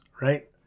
right